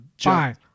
Fine